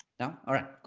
know all right,